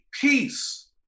peace